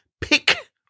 pick